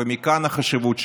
ומכאן החשיבות שלה.